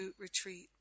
Retreat